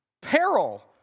Peril